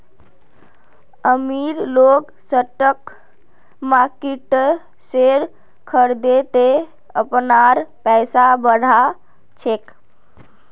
अमीर लोग स्टॉक मार्किटत शेयर खरिदे अपनार पैसा बढ़ा छेक